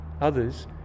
Others